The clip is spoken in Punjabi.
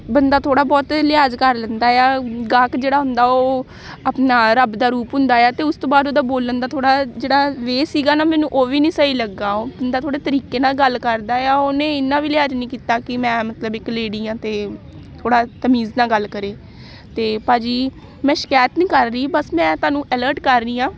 ਬੰਦਾ ਥੋੜ੍ਹਾ ਬਹੁਤ ਲਿਹਾਜ਼ ਕਰ ਲੈਂਦਾ ਆ ਗਾਹਕ ਜਿਹੜਾ ਹੁੰਦਾ ਉਹ ਆਪਣਾ ਰੱਬ ਦਾ ਰੂਪ ਹੁੰਦਾ ਆ ਅਤੇ ਉਸ ਤੋਂ ਬਾਅਦ ਉਹਦਾ ਬੋਲਣ ਦਾ ਥੋੜ੍ਹਾ ਜਿਹੜਾ ਵੇਅ ਸੀਗਾ ਨਾ ਮੈਨੂੰ ਉਹ ਵੀ ਨਹੀਂ ਸਹੀ ਲੱਗਿਆ ਉਹ ਬੰਦਾ ਥੋੜ੍ਹੇ ਤਰੀਕੇ ਨਾਲ ਗੱਲ ਕਰਦਾ ਆ ਉਹਨੇ ਇੰਨਾ ਵੀ ਲਿਹਾਜ਼ ਨਹੀਂ ਕੀਤਾ ਕਿ ਮੈਂ ਮਤਲਬ ਇੱਕ ਲੇਡੀ ਹਾਂ ਤਾਂ ਥੋੜ੍ਹਾ ਤਮੀਜ਼ ਨਾਲ ਗੱਲ ਕਰੇ ਅਤੇ ਭਾਅ ਜੀ ਮੈਂ ਸ਼ਿਕਾਇਤ ਨਹੀਂ ਕਰ ਰਹੀ ਬਸ ਮੈਂ ਤੁਹਾਨੂੰ ਅਲਰਟ ਕਰ ਰਹੀ ਹਾਂ